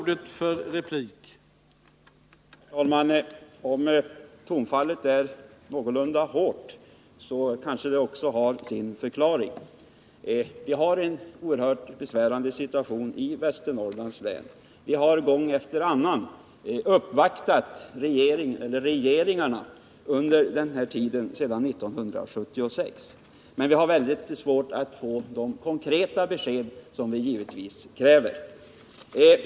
Herr talman! Om tonfallet är någorlunda hårt kanske detta har sin förklaring. Vi har en oerhört besvärande situation i Västernorrlands län. Vi har gång efter annan sedan 1976 uppvaktat regeringarna men vi har haft väldigt svårt att få de konkreta besked som vi givetvis kräver.